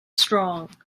strong